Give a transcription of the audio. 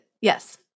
Yes